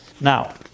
Now